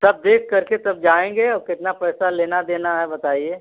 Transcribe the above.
सब देखकर के तब जाएँगे और कितना पैसा लेना देना है बताइए